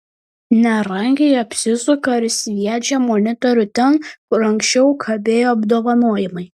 nerangiai apsisuka ir sviedžią monitorių ten kur anksčiau kabėjo apdovanojimai